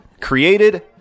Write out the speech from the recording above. Created